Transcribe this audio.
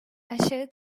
aşağı